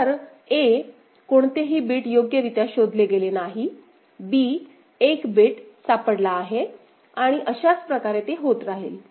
तर a कोणतेही bit योग्यरित्या शोधले गेले नाही b 1 बिट सापडला आहे आणि अशाच प्रकारे ते होत राहील